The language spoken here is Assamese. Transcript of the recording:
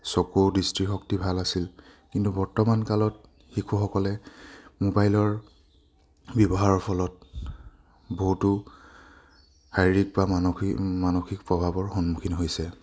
চকৌ দৃষ্টি শক্তি ভাল আছিল কিন্তু বৰ্তমান কালত শিশুসকলে মোবাইলৰ ব্যৱহাৰৰ ফলত বহুতো শাৰীৰিক বা মানসিক মানসিক প্ৰভাৱৰ সন্মুখীন হৈছে